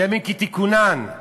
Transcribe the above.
בימים כתיקונם.